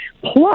Plus